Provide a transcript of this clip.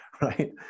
right